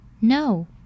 No